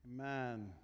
Amen